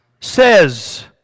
says